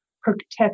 protect